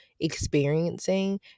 experiencing